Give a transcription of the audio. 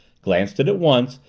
glanced at it once,